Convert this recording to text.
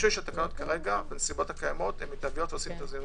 התקנות כרגע בנסיבות הקיימות הן מיטביות ועושים את ההסדרים